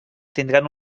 tindran